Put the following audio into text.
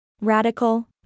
Radical